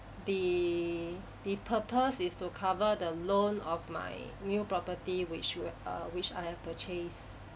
the the purpose is to cover the loan of my new property which you err which I have purchase